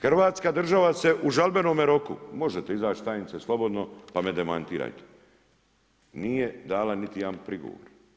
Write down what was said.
Hrvatska država se u žalbenome roku, možete izaći tajnice slobodno pa me demantirajte, nije dala niti jedan prigovor.